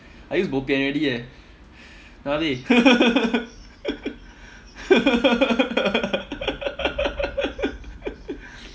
I use bo pian already eh nabeh